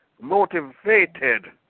motivated